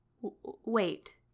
Wait